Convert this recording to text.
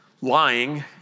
Lying